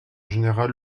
général